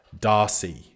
Darcy